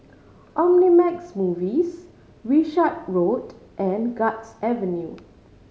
Omnimax Movies Wishart Road and Guards Avenue